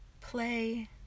play